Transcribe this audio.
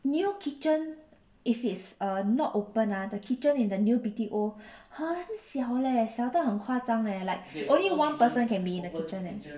new kitchen if is not open ah the kitchen in the new B_T_O 很小 leh 小到很夸张 leh like only one person can be in the kitchen